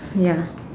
ya